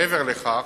מעבר לכך,